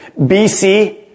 BC